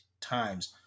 times